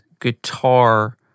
guitar